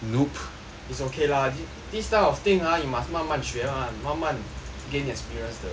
it's okay lah th~ this type of thing ah you must 慢慢学 [one] 慢慢 gain experience 的